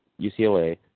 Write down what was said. UCLA